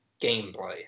gameplay